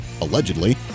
allegedly